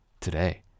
today